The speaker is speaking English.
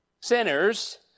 Sinners